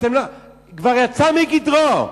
כבר יצא מגדרו.